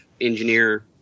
engineer